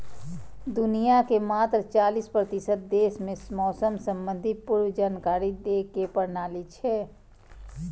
दुनिया के मात्र चालीस प्रतिशत देश मे मौसम संबंधी पूर्व जानकारी दै के प्रणाली छै